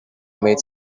made